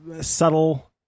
subtle